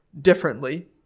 differently –